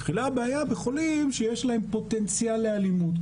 מתחילה הבעיה בחולים שיש להם פוטנציאל לאלימות.